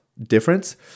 difference